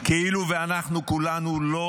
כאילו שאנחנו כולנו לא